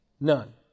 None